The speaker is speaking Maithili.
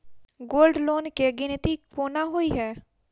गोल्ड लोन केँ गिनती केना होइ हय?